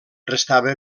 restava